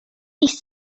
ich